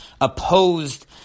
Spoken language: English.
opposed